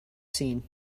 seen